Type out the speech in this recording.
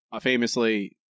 famously